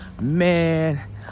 Man